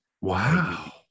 Wow